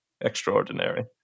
extraordinary